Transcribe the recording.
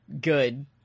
Good